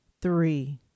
three